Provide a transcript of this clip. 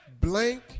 blank